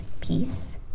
peace